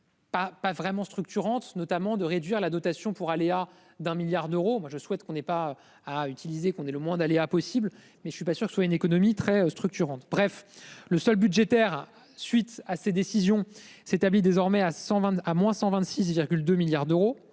pas vraiment structurante notamment de réduire la dotation pour aléas d'un milliard d'euros. Moi je souhaite qu'on ait pas à utiliser qu'on ait le moins d'aléas possible mais je suis pas sûr que ce soit une économie très structurante. Bref, le seul budgétaire suite à ces décisions s'établit désormais à 120 à moins 126,2 milliards d'euros.